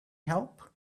help